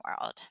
world